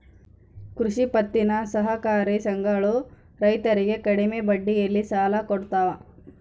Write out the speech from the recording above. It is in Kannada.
ಕೃಷಿ ಪತ್ತಿನ ಸಹಕಾರಿ ಸಂಘಗಳು ರೈತರಿಗೆ ಕಡಿಮೆ ಬಡ್ಡಿಯಲ್ಲಿ ಸಾಲ ಕೊಡ್ತಾವ